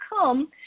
come